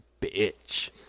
bitch